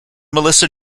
melissa